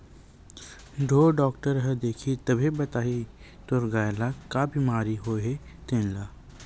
ढ़ोर डॉक्टर ह देखही तभे बताही तोर गाय ल का बिमारी होय हे तेन ल